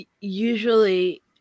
usually